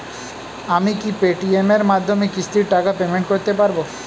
আমি কি Paytm এর মাধ্যমে কিস্তির টাকা পেমেন্ট করতে পারব?